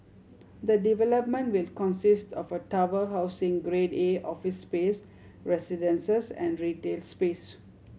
the development will consist of a tower housing Grade A office space residences and retail space